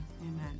Amen